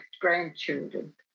grandchildren